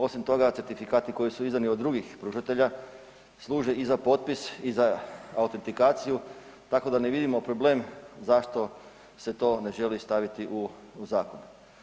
Osim toga certifikati koji su izdani od drugih pružatelja služe i za potpis i za autentikaciju tako da ne vidimo problem zašto se to ne želi staviti u zakon.